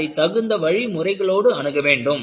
அதைத் தகுந்த வழி முறைகளோடு அணுக வேண்டும்